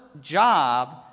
job